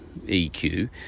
EQ